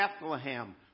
Bethlehem